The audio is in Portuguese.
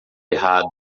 errado